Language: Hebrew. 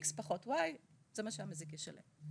איקס פחות וואי זה מה שהמזיק ישלם,